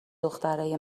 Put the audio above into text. دخترای